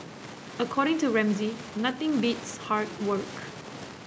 according to Ramsay nothing beats hard work